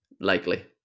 Likely